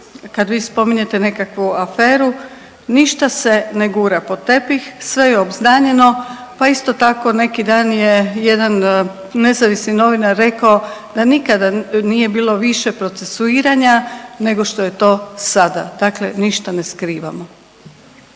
kad vi spominjete nekakvu aferu ništa se ne gura pod tepih, sve je obznanjeno. Pa isto tako neki dan je jedan nezavisni novinar rekao da nikada nije bilo više procesuiranja nego što je to sada. Dakle, ništa ne skrivamo.